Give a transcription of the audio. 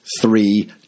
three